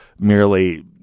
merely